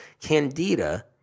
candida